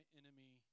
enemy